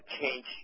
change